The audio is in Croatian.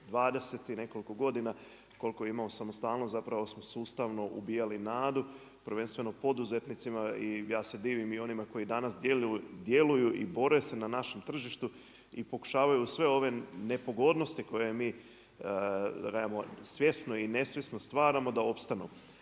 20 i nekoliko godina koliko imamo samostalnost zapravo smo sustavno ubijali nadu, prvenstveno poduzetnicima i ja se divim i onima koji danas djeluju i bore se na našem tržištu i pokušavaju sve ove nepogodnosti koje mi svjesno i nesvjesno stvaramo da opstanu.